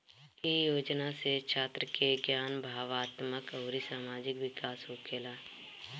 इ योजना से छात्र के ज्ञान, भावात्मक अउरी सामाजिक विकास होखेला